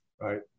Right